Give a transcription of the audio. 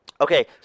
Okay